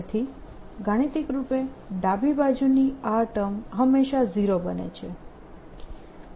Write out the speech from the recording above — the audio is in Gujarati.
તેથી ગાણિતિક રૂપે ડાબી બાજુની આ ટર્મ હંમેશા 0 બને છે